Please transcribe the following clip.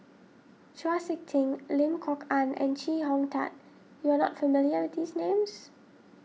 Chau Sik Ting Lim Kok Ann and Chee Hong Tat you are not familiar with these names